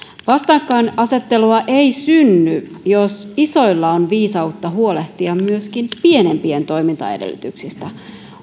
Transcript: vastakkainasettelua ei synny jos isoilla on viisautta huolehtia myöskin pienempien toimintaedellytyksistä